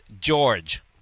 George